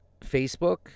Facebook